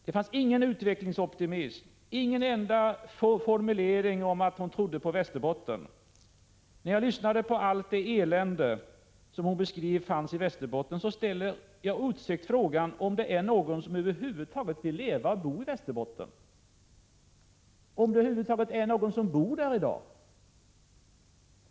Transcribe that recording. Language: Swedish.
Det fanns ingen utvecklingsoptimism, ingen enda formulering om att hon trodde på Västerbotten. När jag lyssnade på allt det elände som Karin Israelsson beskrev fanns i Västerbotten ställde jag osökt frågan om någon över huvud taget vill leva och bo i Västerbotten. Är det någon som bor där i dag?